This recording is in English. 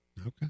Okay